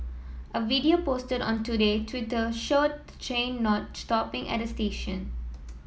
a video posted on Today Twitter showed the train not stopping at the station